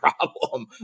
problem